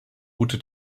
ruhte